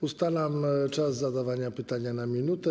Ustalam czas zadawania pytania na 1 minutę.